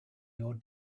your